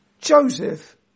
Joseph